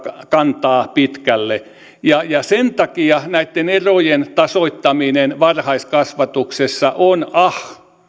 kantaa pitkälle ja sen takia näitten erojen tasoittaminen varhaiskasvatuksessa on ah